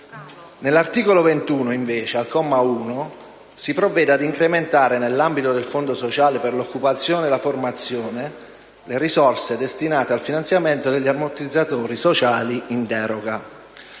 Nell'articolo 21 invece, al comma 1, si provvede ad incrementare, nell'ambito del Fondo sociale per l'occupazione e la formazione, le risorse destinate al finanziamento degli ammortizzatori sociali in deroga.